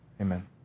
Amen